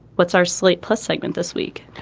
what's our slate plus segment this week?